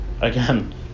again